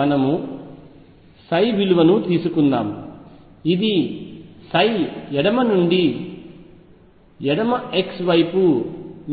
మనము విలువను తీసుకుందాం ఇది ఎడమ నుండి ఎడమ x వైపు